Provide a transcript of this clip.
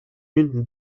une